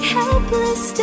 helpless